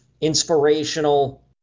inspirational